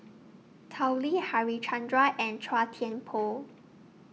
Tao Li Harichandra and Chua Thian Poh